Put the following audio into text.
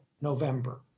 November